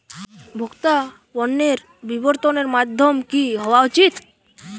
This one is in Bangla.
ভোক্তা পণ্যের বিতরণের মাধ্যম কী হওয়া উচিৎ?